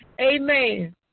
Amen